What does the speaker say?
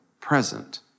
present